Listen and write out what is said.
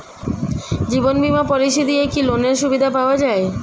জীবন বীমা পলিসি দিয়ে কি লোনের সুবিধা পাওয়া যায়?